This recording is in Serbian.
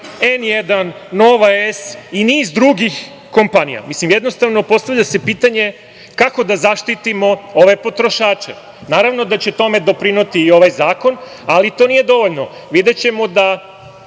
N1, Nova S i niz drugih kompanija. Jednostavno, postavlja se pitanje kako da zaštitimo ove potrošače? Naravno da će tome doprineti ovaj zakon, ali to nije dovoljno. Potrošače